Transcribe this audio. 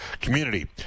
community